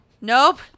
Nope